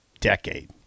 decade